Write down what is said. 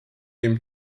dem